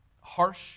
harsh